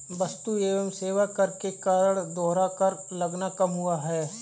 वस्तु एवं सेवा कर के कारण दोहरा कर लगना कम हुआ है